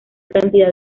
cantidad